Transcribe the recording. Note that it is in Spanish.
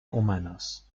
humanos